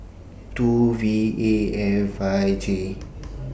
two V A F five J